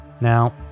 Now